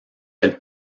elles